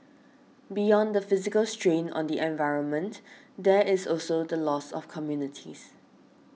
beyond the physical strain on the environment there is also the loss of communities